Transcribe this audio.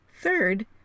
Third